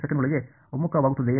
ಅದು ನಿಖರವಾಗಿ ಒಮ್ಮುಖವಾಗುತ್ತದೆ